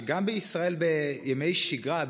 שגם כשישראל בימי שגרה,